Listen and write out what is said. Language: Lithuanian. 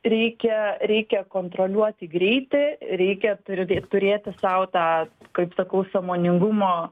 reikia reikia kontroliuoti greitį reikia turė turėti sau tą kaip sakau sąmoningumo